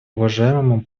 уважаемому